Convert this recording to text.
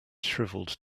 shriveled